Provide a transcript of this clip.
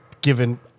given